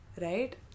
Right